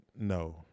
no